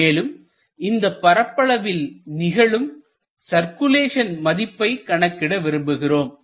மேலும் இந்தப் பரப்பளவில் நிகழும் சர்குலேஷன் மதிப்பை கணக்கிட விரும்புகிறோம்